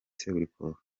seburikoko